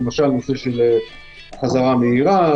למשל בנושא החזרה המהירה,